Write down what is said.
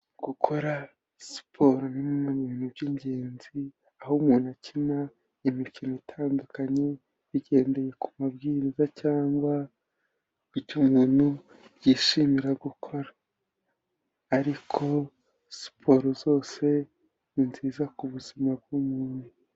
Gukora siporo ni bimwe mu bintu by'ingenzi aho umuntu akina imikino itandukanye bigendeye ku mabwiriza cyangwa icyo umuntu yishimira gukora, ariko siporo zose ni nziza ku buzima bw'umuntu.